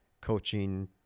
coaching